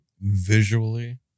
Visually